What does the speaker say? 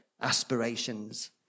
aspirations